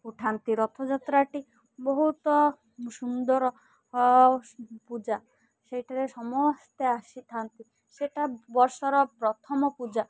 ଉଠାନ୍ତି ରଥଯାତ୍ରାଟି ବହୁତ ସୁନ୍ଦର ପୂଜା ସେଇଠାରେ ସମସ୍ତେ ଆସିଥାନ୍ତି ସେଇଟା ବର୍ଷର ପ୍ରଥମ ପୂଜା